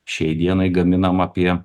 šiai dienai gaminam apie